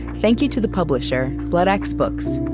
thank you to the publisher, bloodaxe books,